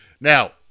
Now